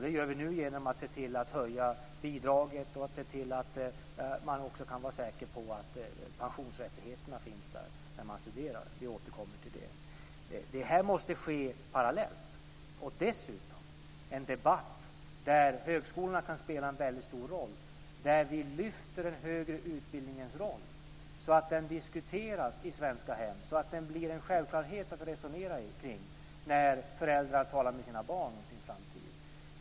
Det gör vi nu genom att se till att bidraget höjs och att man kan vara säker på att pensionsrättigheterna finns där när man studerar. Vi återkommer till detta. Det här måste ske parallellt. Dessutom gäller det en debatt där högskolorna kan spela en väldigt stor roll och där vi lyfter den högre utbildningens betydelse så att den diskuteras i svenska hem och så att det blir en självklarhet att resonera kring den när föräldrar talar med sina barn om deras framtid.